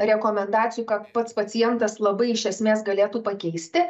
rekomendacijų ką pats pacientas labai iš esmės galėtų pakeisti